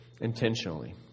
Intentionally